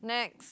next